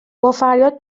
بافریاد